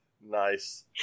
Nice